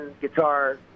guitar